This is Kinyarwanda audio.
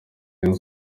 rayon